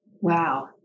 Wow